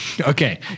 Okay